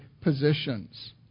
positions